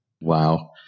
Wow